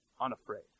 unafraid